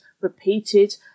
repeated